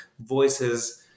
voices